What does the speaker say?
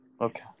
Okay